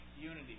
unity